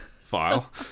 file